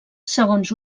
segons